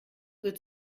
wird